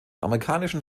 amerikanischen